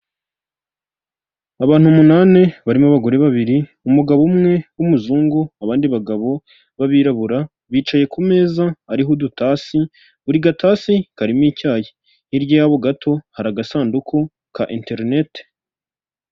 Abantu umunani barimo abagore babiri, umugabo umwe w'umuzungu abandi bagabo b'abirabura bicaye ku meza ariho udutasi, buri gatasi karimo icyayi, hirya yabo gato hari agasanduku ka interineti.